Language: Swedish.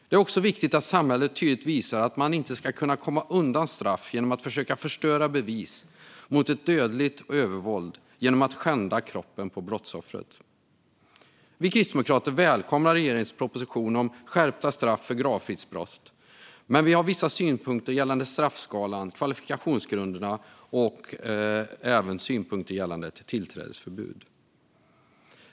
Det är också viktigt att samhället tydligt visar att man inte ska kunna komma undan straff genom att försöka förstöra bevis för dödligt övervåld genom att skända brottsoffrets kropp. Vi i Kristdemokraterna välkomnar regeringens proposition om skärpta straff för gravfridsbrott, men vi har vissa synpunkter gällande straffskalan, kvalifikationsgrunderna och tillträdesförbud.